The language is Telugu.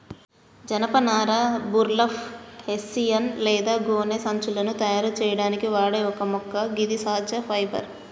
జనపనార బుర్లప్, హెస్సియన్ లేదా గోనె సంచులను తయారు సేయడానికి వాడే ఒక మొక్క గిది సహజ ఫైబర్